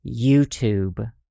YouTube